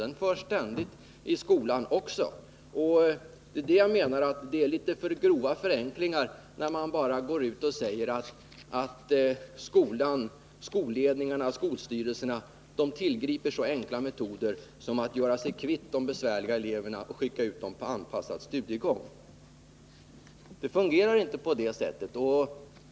Den förs ständigt i skolan Torsdagen den också. Jag menar att det är en litet för grov förenkling när man säger att 10 april 1980 skolan, skolledningarna, skolstyrelserna tillgriper så enkla metoder som att göra sig kvitt de besvärliga eleverna och skicka ut dem på anpassad studiegång. Det fungerar inte på det sättet.